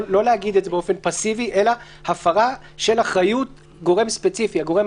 לא להגיד את זה באופן פסיבי אלא הפרה של אחריות גורם ספציפי הגורם